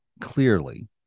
clearly